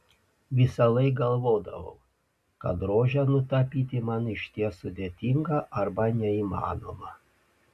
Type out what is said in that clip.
visąlaik galvodavau kad rožę nutapyti man išties sudėtinga arba neįmanoma